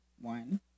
One